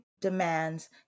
demands